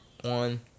One